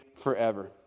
forever